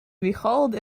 behold